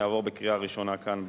יעבור בקריאה ראשונה כאן במליאה.